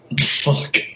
fuck